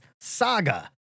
Saga